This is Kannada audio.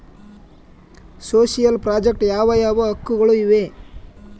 ಸೋಶಿಯಲ್ ಪ್ರಾಜೆಕ್ಟ್ ಯಾವ ಯಾವ ಹಕ್ಕುಗಳು ಇವೆ?